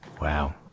Wow